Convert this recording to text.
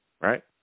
right